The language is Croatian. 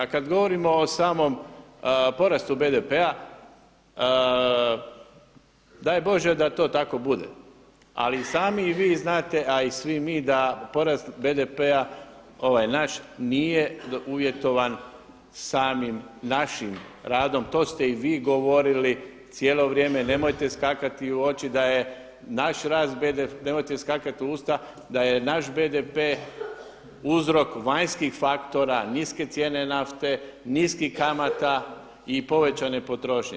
A kada govorimo o samom porastu BDP-a, daj Bože da to tako bude ali i sami vi znate a i svi mi da porast BDP-a, ovaj naš nije uvjetovan samim našim radom, to ste i vi govorili cijelo vrijeme, nemojte skakati u oči da je naš rast, nemojte uskakati u usta da je naš BDP uzrok vanjskih faktora, niske cijene nafte, niskih kamata i povećane potrošnje.